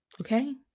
okay